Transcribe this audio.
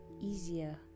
easier